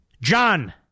John